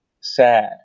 sad